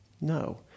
No